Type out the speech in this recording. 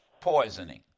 poisoning